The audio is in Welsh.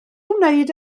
wneud